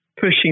pushing